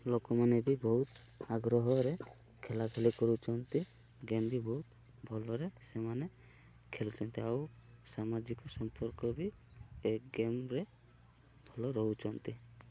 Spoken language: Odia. ଲୋକମାନେ ବି ବହୁତ ଆଗ୍ରହ ରେ ଖେଳାଖୁଳି କରୁଛନ୍ତି ଗେମ୍ ବି ବହୁତ ଭଲ ରେ ସେମାନେ ଖେଳୁଛନ୍ତି ଆଉ ସାମାଜିକ ସମ୍ପର୍କ ବି ଏ ଗେମ୍ରେ ଭଲ ରହୁଛନ୍ତି